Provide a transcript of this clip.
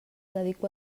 dedico